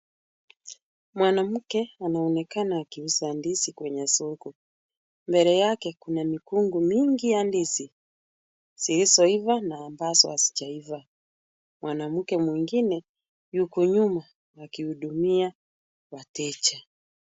Mwanamke anaonekana akiuza ndizi kwenye soko. Mbele yake kuna mikungu mingi ya ndizi zilizoiva na ambazo hazijaiva. Mwanamke mwingine yuko nyuma akihudumia wateja.